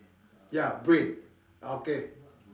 ya brain okay